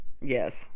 yes